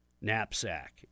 knapsack